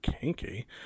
kinky